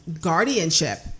guardianship